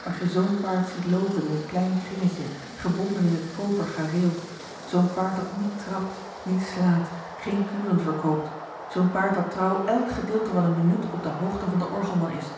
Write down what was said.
als je zoo'n paard ziet loopen in het klein kringetje gebonden in t koper gareel zoo'n paard dat niet trapt niet slaat geen kuren verkoopt zoo'n paard dat trouw èlk gedeelte van n minuut op de hoogte van den orgelman is